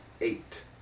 Eight